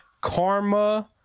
Karma